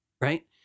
right